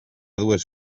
dues